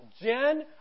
Jen